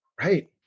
Right